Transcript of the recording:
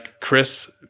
Chris